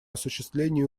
осуществлению